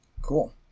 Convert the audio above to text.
Cool